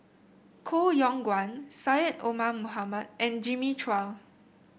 Koh Yong Guan Syed Omar Mohamed and Jimmy Chua